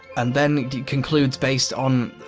and then concludes based on.